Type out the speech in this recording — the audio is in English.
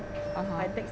(uh huh)